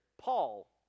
Paul